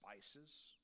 spices